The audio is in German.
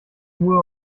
tue